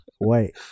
Wait